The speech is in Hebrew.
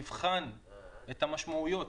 נבחן את המשמעויות,